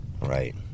Right